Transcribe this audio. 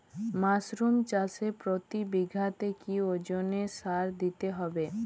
Mushroom চাষে প্রতি বিঘাতে কি ওজনে সার দিতে হবে?